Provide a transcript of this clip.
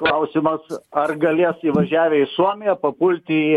klausimas ar galės įvažiavę į suomiją papulti į